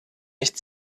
nicht